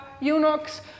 eunuchs